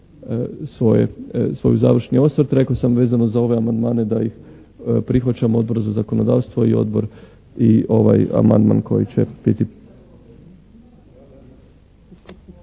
svoj završni osvrt. Rekao sam vezano za ove amandmane da ih prihvaćamo, Odbor za zakonodavstvo i ovaj amandman koji će biti.